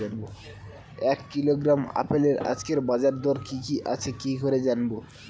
এক কিলোগ্রাম আপেলের আজকের বাজার দর কি কি আছে কি করে জানবো?